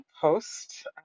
post